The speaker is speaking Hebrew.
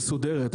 מסודרת.